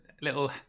little